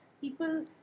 people